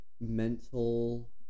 mental